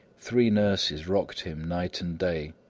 three nurses rocked him night and day,